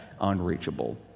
unreachable